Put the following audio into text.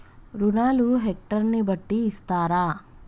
రుణాలు హెక్టర్ ని బట్టి ఇస్తారా?